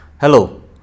Hello